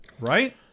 Right